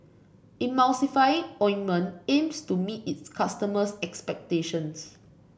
Emulsying Ointment aims to meet its customers' expectations